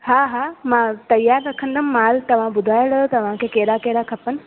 हा हा मां तयार रखंदमि माल तव्हां ॿुधाए लायो तव्हांखे कहिड़ा कहिड़ा खपनि